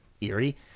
eerie